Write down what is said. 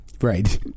right